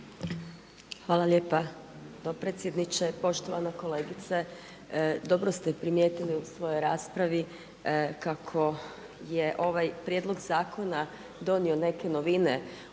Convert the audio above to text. Hvala lijepa dopredsjedniče. Poštovana kolegice dobro ste primijetili u svojoj raspravi kako je ovaj prijedlog zakona donio neke novine